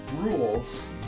rules